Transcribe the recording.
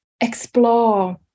explore